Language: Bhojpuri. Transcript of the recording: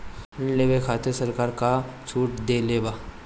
ऋण लेवे कहवा खातिर सरकार का का छूट देले बा?